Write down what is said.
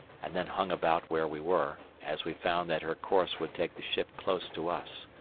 and then hung about where we were, as we found that her course would take the ship close to us.